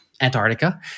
Antarctica